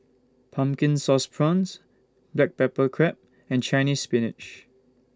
Pumpkin Sauce Prawns Black Pepper Crab and Chinese Spinach